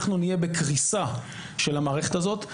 אנחנו נהיה בקריסה של המערכת הזאת.